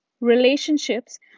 relationships